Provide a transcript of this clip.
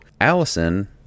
Allison